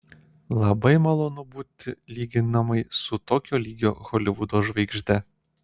labai malonu būti lyginamai su tokio lygio holivudo žvaigžde